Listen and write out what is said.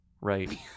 Right